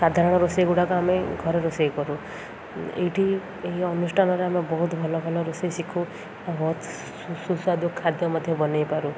ସାଧାରଣ ରୋଷେଇ ଗୁଡ଼ାକ ଆମେ ଘରେ ରୋଷେଇ କରୁ ଏଇଠି ଏହି ଅନୁଷ୍ଠାନରେ ଆମେ ବହୁତ ଭଲ ଭଲ ରୋଷେଇ ଶିଖୁ ଆଉ ବହୁତ ସୁସ୍ୱାଦୁ ଖାଦ୍ୟ ମଧ୍ୟ ବନେଇପାରୁ